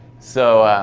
so